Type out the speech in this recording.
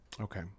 okay